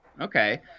okay